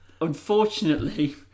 Unfortunately